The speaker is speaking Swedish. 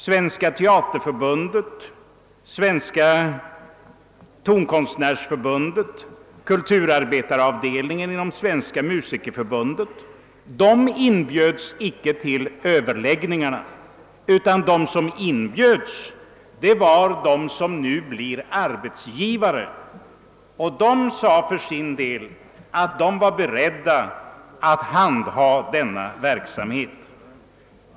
Svenska teaterförbundet, Svenska tonkonstnärsförbundet och kulturarbetaravdelningen inom Svenska musikerförbundet fick sålunda inte vara med om överläggningarna. De som inbjöds var de som är arbetsgivare och nu blir förmedlare, och de förklarade för sin del att de var beredda att handha förmedlingsverksamheten.